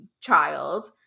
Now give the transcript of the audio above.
child